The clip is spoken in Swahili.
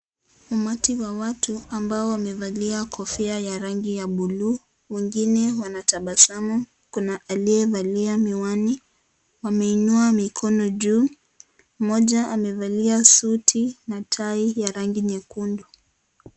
Umati wa watu ambao wamevalia kofia ya rangi ya buluu. Wengine wanatabasamu. Kuna aliyevalia miwani. Wameinua mikono juu. Mmoja amevalia suti na tai ya rangi nyekundu.